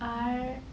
R